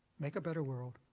make a better world,